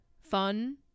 fun